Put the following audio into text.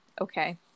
Okay